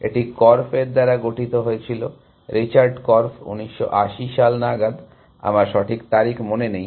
এটি কর্ফ এর দ্বারা গঠিত হয়েছিল রিচার্ড কর্ফ 1980 সাল নাগাদ আমার সঠিক তারিখ মনে নেই